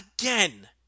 Again